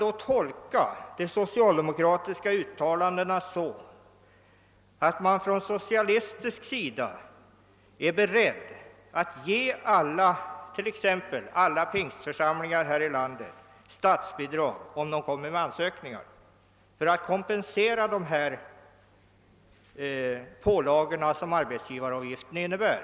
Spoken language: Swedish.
Får man tolka de socialdemokratiska uttalandena så, att man från socialistisk sida är beredd att ge t.ex. alla pingstförsamlingar här i landet, som ansöker därom, statsbidrag för att kompensera de pålagor som arbetsgivaravgiften innebär?